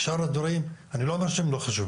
אני לא אומר ששאר הדברים לא חשובים,